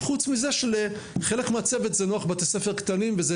חוץ מזה שלחלק מהצוות זה נוח בתי ספר קטנים וזאת